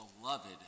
beloved